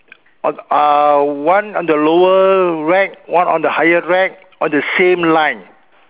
on uh one on the lower rack one on the higher rack on the same line